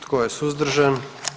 Tko je suzdržan?